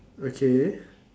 okay